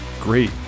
Great